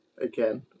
again